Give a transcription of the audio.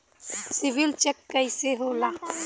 CIBIL check कइसे होला?